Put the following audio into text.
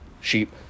sheep